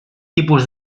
tipus